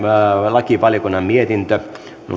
lakivaliokunnan mietintö